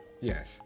Yes